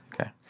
Okay